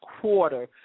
quarter